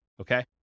okay